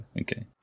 Okay